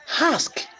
Ask